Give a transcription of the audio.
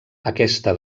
aquesta